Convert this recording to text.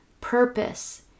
purpose